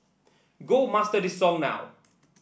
go master this song now